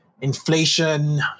inflation